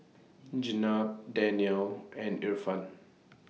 Jenab Danial and Irfan